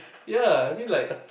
ya I mean like